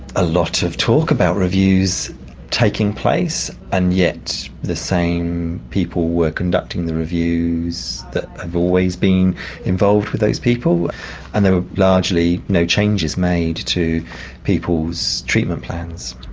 a lot of talk about reviews taking place, and yet the same people were conducting the reviews that have always been involved with those people and there were largely no changes made to people's treatment plans.